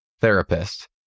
therapist